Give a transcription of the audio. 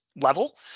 level